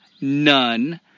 None